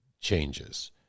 changes